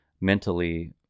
mentally